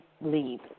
leave